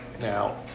Now